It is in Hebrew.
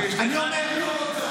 רוצה.